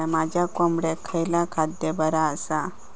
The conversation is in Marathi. माझ्या कोंबड्यांका खयला खाद्य बरा आसा?